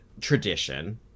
tradition